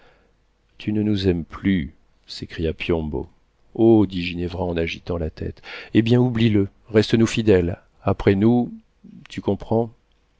tu ne nous aimes plus s'écria piombo oh dit ginevra en agitant la tête eh bien oublie le reste nous fidèle après nous tu comprends